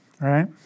right